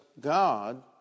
God